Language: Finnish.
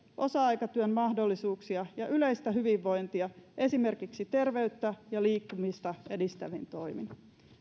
osa aikatyön mahdollisuuksia ja yleistä hyvinvointia esimerkiksi terveyttä ja liikkumista edistävin toimin